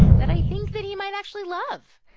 that i think that he might actually love.